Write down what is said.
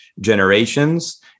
generations